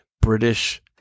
British